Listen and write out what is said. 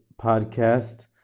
podcast